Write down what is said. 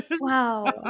Wow